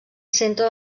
centre